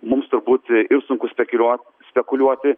mums turbūt ir sunku spekuliuot spekuliuoti